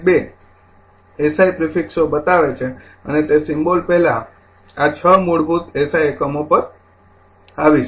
૨ SI પ્રિફિકસો બતાવે છે અને તે સિમ્બોલો પહેલા આ ૬ મૂળભૂત એસઆઈ એકમો પર આવશું